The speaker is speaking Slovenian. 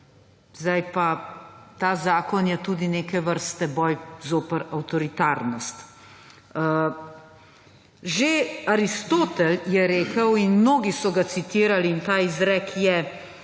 Ta zakon je tudi neke vrste boj zoper avtoritarnost. Že Aristotel je rekel in mnogi so ga citirali, ta izrek je